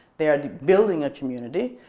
they are building a community.